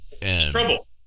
Trouble